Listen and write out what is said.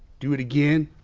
do it again.